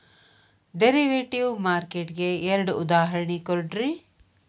derivative market ಗೆ ಎರಡ್ ಉದಾಹರ್ಣಿ ಕೊಡ್ರಿ